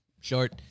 short